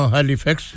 Halifax